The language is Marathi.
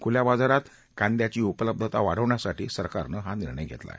खुल्या बाजारात कांद्याची उपलब्धता वाढवण्यासाठी सरकारनं हा निर्णय घेतला आहे